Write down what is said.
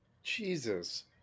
Jesus